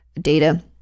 data